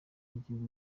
y’igihugu